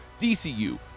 DCU